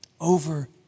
over